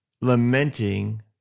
lamenting